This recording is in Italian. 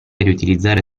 riutilizzare